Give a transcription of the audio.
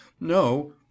No